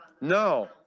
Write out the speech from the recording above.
No